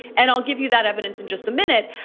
and i'll give you that evidence in just a minute.